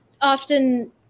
often